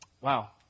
wow